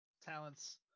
talents